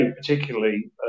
particularly